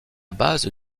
base